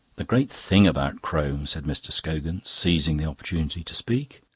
the great thing about crome, said mr. scogan, seizing the opportunity to speak,